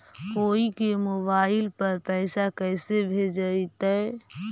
कोई के मोबाईल पर पैसा कैसे भेजइतै?